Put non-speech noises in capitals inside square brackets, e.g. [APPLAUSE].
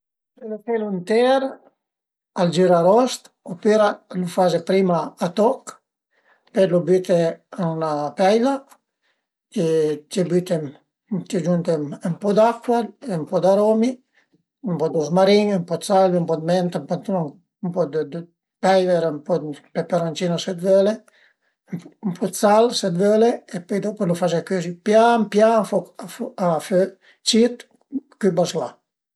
Pöle felu enter, al girarost opüra lu faze prima a toch, pöi lu büte ën la peila e t'ie büte, t'ie giunte ën po d'acua e ën po d'aromi, ën po dë ruzmarin, ën po dë salvia, ën po dë menta [HESITATION] ën po dë peiver, ën po dë peperoncino se völe e ën po dë sal se völe e pöi dopu lu faze cözi pian pian a fö cit cüberslà